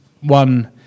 one